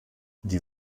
die